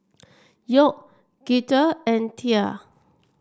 York Girtha and Tia